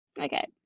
Okay